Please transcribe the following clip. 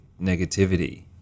negativity